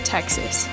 Texas